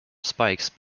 spikes